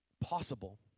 possible